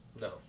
No